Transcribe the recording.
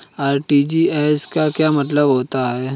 RTGS का क्या मतलब होता है?